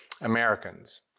Americans